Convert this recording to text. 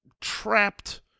trapped